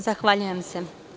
Zahvaljujem se.